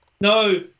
no